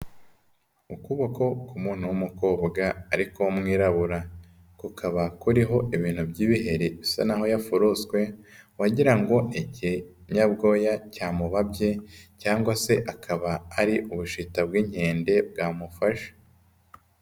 Ukuboko k'umuntu w'umukobwa ariko w'umwirabura, kukaba kuriho ibintu by'ibiheri usa naho yafuruswe, wagira ngo ikinyabwoya cyamubabye cyangwa se akaba ari ubushita bw'inkende bwamufashe.